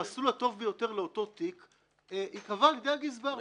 המסלול הטוב ביותר אותו תיק ייקבע על ידי הגזבר.